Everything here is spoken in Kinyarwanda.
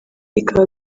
bikaba